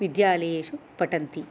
विद्यालयेषु पठन्ति